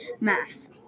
mass